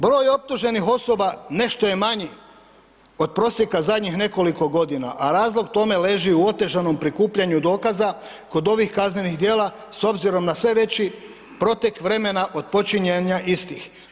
Broj optuženih osoba nešto je manji od prosjeka zadnjih nekoliko godina a razlog tome leži u otežanom prikupljanju dokaza kod ovih kaznenih djela s obzirom na sve veći protek vremena od počinjenja istih.